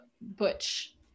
butch